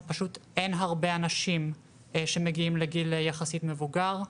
אין הרבה אנשים שמגיעים לגיל יחסית מבוגר.